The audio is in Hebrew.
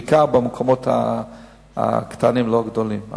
בעיקר במקומות הקטנים, לא הגדולים.